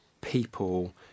people